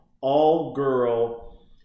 all-girl